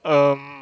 um